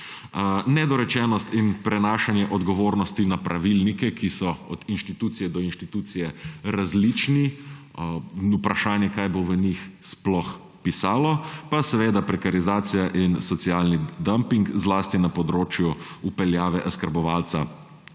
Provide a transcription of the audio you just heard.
nedorečenost in prenašanje odgovornosti na pravilnike, ki so od institucije do institucije različni, in vprašanje, kaj bo v njih sploh pisalo, pa seveda prekarizacija in socialni damping zlasti na področju vpeljave oskrbovalca